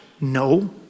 No